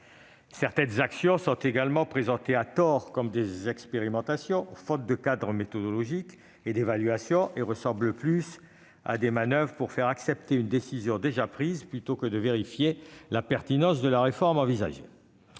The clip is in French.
Certaines actions sont également présentées à tort comme des expérimentations, faute de cadre méthodologique et d'évaluation, et ressemblent plus à des manoeuvres visant à faire accepter une décision déjà prise plutôt qu'à une vérification de la pertinence d'une réforme envisagée.